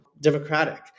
democratic